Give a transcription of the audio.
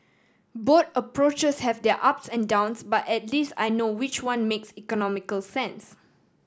both approaches have their ups and downs but at least I know which one makes economical sense